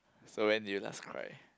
so when did you last cry